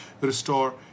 restore